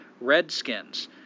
redskins